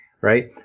right